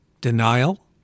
Denial